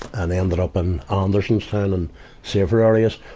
and ended up in ah andersontown and safer areas.